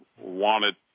wanted